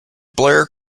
blair